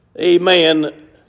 amen